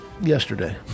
Yesterday